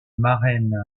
marraine